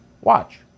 watch